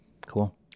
Cool